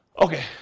Okay